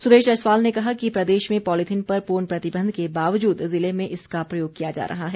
सुरेश जसवाल ने कहा कि प्रदेश में पॉलिथीन पर पूर्ण प्रतिबंध के बावजूद जिले में इसका प्रयोग किया जा रहा है